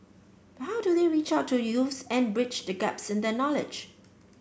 but how do they reach out to youths and bridge the gaps in their knowledge